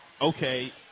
okay